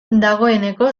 dagoeneko